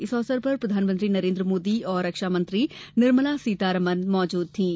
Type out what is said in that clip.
इस अवसर पर प्रधानमंत्री नरेन्द्र मोदी और रक्षा मंत्री निर्मला सीतारमन मौजूद थीं